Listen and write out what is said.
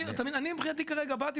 אני מבחינתי כרגע באתי,